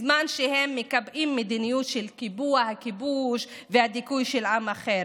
בזמן שהם מקבעים מדיניות של קיבוע הכיבוש והדיכוי של עם אחר,